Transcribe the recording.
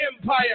empire